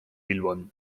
bilbon